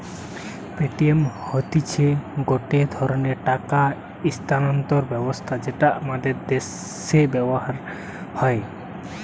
Paytm হতিছে গটে ধরণের টাকা স্থানান্তর ব্যবস্থা যেটা আমাদের দ্যাশে ব্যবহার হয়